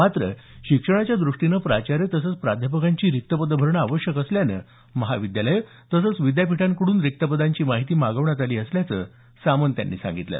मात्र शिक्षणाच्यादृष्टीने प्राचार्य तसंच प्राध्यापकांची रिक्त पदं भरणं आवश्यक असल्यानं महाविद्यालयं तसंच विद्यापीठांकडून रिक्त पदांची माहिती मागवण्यात आली असल्याचं सामंत यांनी सांगितलं